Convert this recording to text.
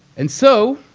and so,